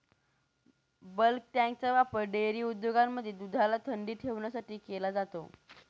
bulk टँकचा वापर dairy उद्योगांमध्ये दुधाला थंडी ठेवण्यासाठी केला जातो